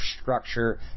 structure